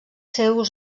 seus